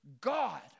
God